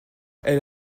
elle